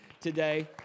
today